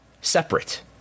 separate